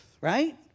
Right